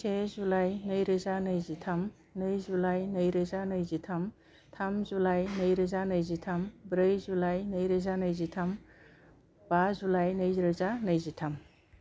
से जुलाइ नैरोजा नैजिथाम नै जुलाइ नैरोजा नैजिथाम थाम जुलाइ नैरोजा नैजिथाम ब्रै जुलाइ नैरोजा नैजिथाम बा जुलाइ नैरोजा नैजिथाम